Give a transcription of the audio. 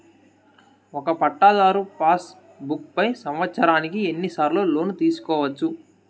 ఒక పట్టాధారు passbook పై సంవత్సరానికి ఎన్ని సార్లు లోను తీసుకోవచ్చు?